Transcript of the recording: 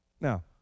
Now